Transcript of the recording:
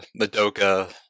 Madoka